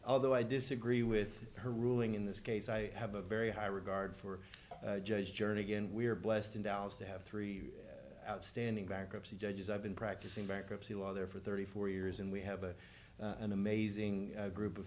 although i disagree with her ruling in this case i have a very high regard for judge jernigan we are blessed in dallas to have three outstanding bankruptcy judges i've been practicing bankruptcy law there for thirty four years and we have a an amazing group of